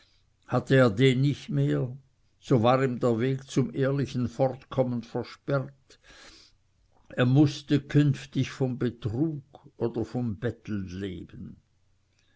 hatte er den nicht mehr so war ihm der weg zum ehrlichen fortkommen versperrt er mußte künftig vom betrug oder vom betteln leben